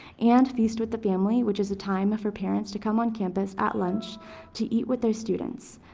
and feast with the family, which is a time for parents to come on campus at lunch to eat with their students.